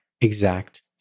exact